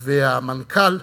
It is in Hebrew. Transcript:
והמנכ"ל,